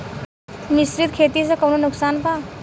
मिश्रित खेती से कौनो नुकसान बा?